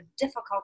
difficult